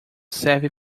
serve